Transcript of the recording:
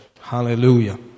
hallelujah